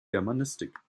germanistik